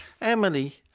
Emily